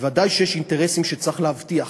בוודאי שיש אינטרסים שצריך להבטיח.